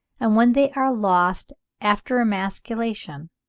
and when they are lost after emasculation,